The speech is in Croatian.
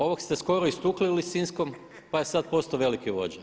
Ovog ste skoro istukli u Lisinskom, pa je sad postao veliki vođa.